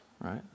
right